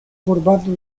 formando